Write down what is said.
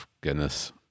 Goodness